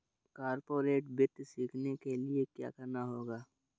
corporate वित्त सीखने के लिया क्या करना होगा